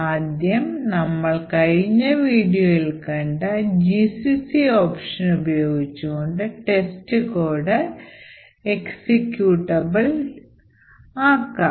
ആദ്യം നമ്മൾ കഴിഞ്ഞ വീഡിയോയിൽ കണ്ട gcc ഓപ്ഷൻ ഉപയോഗിച്ചു കൊണ്ട് testcode executable ചെയ്യാം